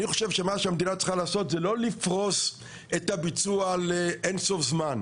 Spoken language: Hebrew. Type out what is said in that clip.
אני חושב שמה שהמדינה צריכה לעשות זה לא לפרוס את הביצוע על אינסוף זמן,